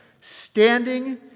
standing